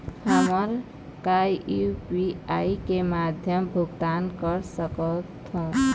हमन का यू.पी.आई के माध्यम भुगतान कर सकथों?